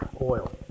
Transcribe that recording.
oil